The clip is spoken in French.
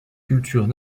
cultures